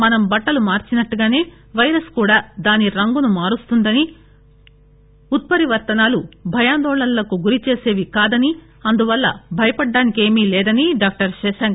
మనం బట్లలు మార్సినట్టుగానే పైరస్ కూడా దాని రంగును మారుస్తుందని ఉత్సరివర్తనాలు భయాందోళనకు గురిచేసేవి కాదని అందువల్ల భయపడటానికి ఏమీ లేదని డాక్టర్ శశాంక్